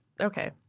Okay